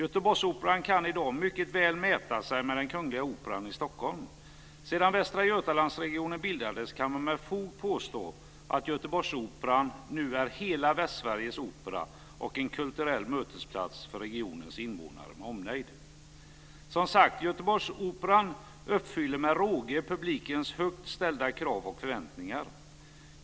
Göteborgsoperan kan i dag mycket väl mäta sig med Kungliga Operan i Stockholm. Sedan Västra Götalandsregionen bildades kan man med fog påstå att Göteborgsoperan nu är hela Västsveriges opera och en kulturell mötesplats för invånarna i regionen med omnejd. Som sagt - Göteborgsoperan uppfyller med råge publikens högt ställda krav och förväntningar.